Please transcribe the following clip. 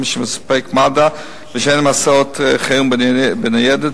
שמספק מד"א ושאינם הסעת חירום בניידת,